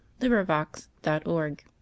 LibriVox.org